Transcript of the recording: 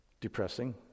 depressing